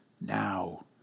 now